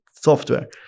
software